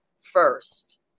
first